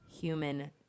human